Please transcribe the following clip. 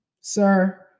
sir